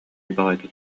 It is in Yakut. баҕайытык